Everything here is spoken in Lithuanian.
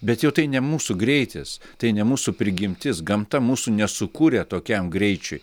bet jau tai ne mūsų greitis tai ne mūsų prigimtis gamta mūsų nesukūrė tokiam greičiui